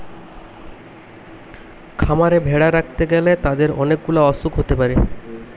খামারে ভেড়া রাখতে গ্যালে তাদের অনেক গুলা অসুখ হতে পারে